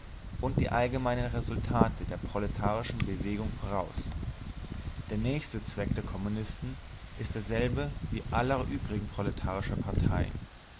und die allgemeinen resultate der proletarischen bewegung voraus der nächste zweck der kommunisten ist derselbe wie der aller übrigen proletarischen parteien